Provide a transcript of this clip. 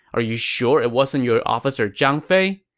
are you sure it wasn't your officer zhang fei?